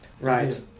Right